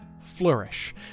flourish